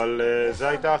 אבל זאת הייתה ההחלטה.